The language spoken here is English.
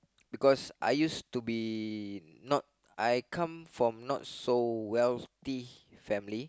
because I used to be not I come from not so wealthy family